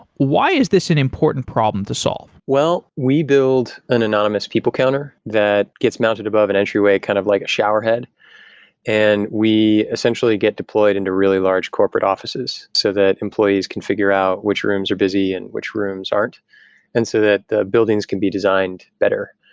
why is this an important problem to solve? well, we build an anonymous people counter that gets mounted above an entry way, kind of like a showerhead and we essentially get deployed into really large corporate offices so that employees can figure out which rooms are busy and which rooms aren't and so that the buildings can be designed better.